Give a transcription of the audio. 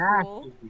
cool